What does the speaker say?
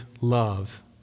love